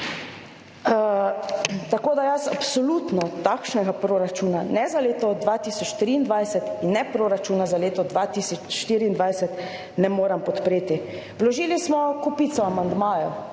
Tako, da jaz absolutno takšnega proračuna ne za leto 2023 in ne proračuna za leto 2024 ne morem podpreti. Vložili smo kopico amandmajev,